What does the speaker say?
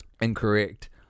Incorrect